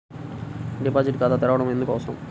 Deposit ఖాతా తెరవడం ఎందుకు అవసరం?